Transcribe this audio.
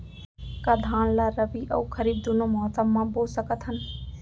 का धान ला रबि अऊ खरीफ दूनो मौसम मा बो सकत हन?